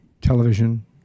television